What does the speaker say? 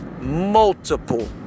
multiple